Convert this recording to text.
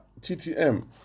TTM